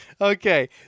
Okay